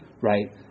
right